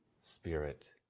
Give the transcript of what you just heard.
Spirit